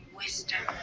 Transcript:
wisdom